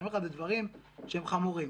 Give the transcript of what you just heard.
אלו דברים שהם חמורים.